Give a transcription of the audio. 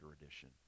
edition